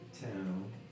Town